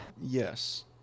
Yes